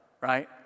right